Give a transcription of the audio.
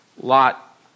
Lot